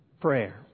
prayer